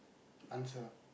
answer